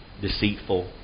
deceitful